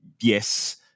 yes